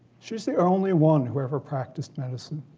she's the only one who ever practiced medicine.